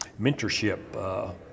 mentorship